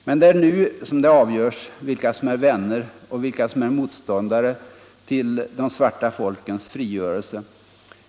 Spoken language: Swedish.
Men det är nu som det avgörs vilka som är vänner och vilka som är motståndare till de svarta folkens frigörelse.